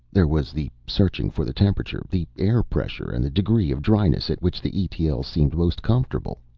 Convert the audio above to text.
there was the searching for the temperature, the air-pressure and the degree of dryness at which the e t l. seemed most comfortable.